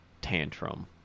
Tantrum